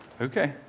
Okay